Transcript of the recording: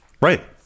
Right